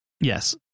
Yes